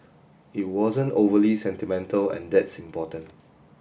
it wasn't overly sentimental and that's important